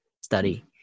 study